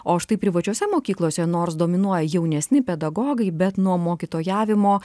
o štai privačiose mokyklose nors dominuoja jaunesni pedagogai bet nuo mokytojavimo